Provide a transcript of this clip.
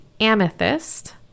amethyst